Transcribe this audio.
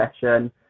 session